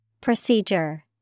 Procedure